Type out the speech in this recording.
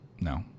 No